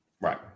Right